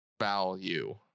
value